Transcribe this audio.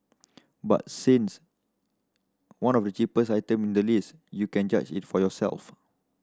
but since one of the cheaper item in the list you can judge it for yourself